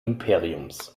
imperiums